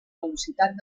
velocitat